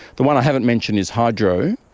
the one i haven't mentioned is hydro.